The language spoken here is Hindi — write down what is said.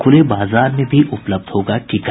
खुले बाजार में भी उपलब्ध होगा टीका